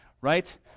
right